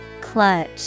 Clutch